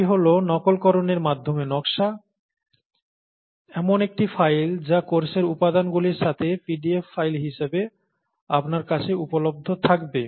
এটি হল নকলকরণের মাধ্যমে নকশা এমন একটি ফাইল যা কোর্সের উপাদানগুলির সাথে পিডিএফ ফাইল হিসাবে আপনার কাছে উপলব্ধ থাকবে